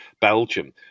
Belgium